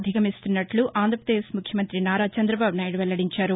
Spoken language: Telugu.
అధిగమిస్తున్నట్లు ఆంధ్రప్రదేశ్ ముఖ్యమంతి నారా చంద్రబాబు నాయుడు వెల్లడించారు